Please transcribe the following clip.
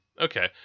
Okay